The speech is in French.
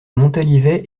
montalivet